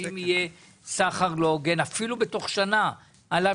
האם יהיה סחר לא הוגן אפילו תוך שנה אף